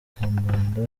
kambanda